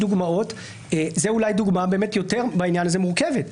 זו אולי דוגמה מורכבת בעניין הזה.